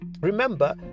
remember